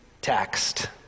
taxed